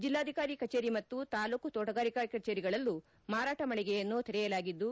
ಜಲ್ಲಾಧಿಕಾರಿ ಕಚೇರಿ ಮತ್ತು ತಾಲೂಕು ತೋಟಗಾರಿಕಾ ಕಚೇರಿಗಳಲ್ಲೂ ಮಾರಾಟ ಮಳಗೆಯನ್ನು ತೆರೆಯಲಾಗಿದ್ದು